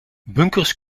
bunkers